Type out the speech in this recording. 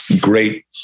great